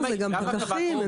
אלה גם פקחים.